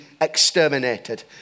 exterminated